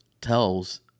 tells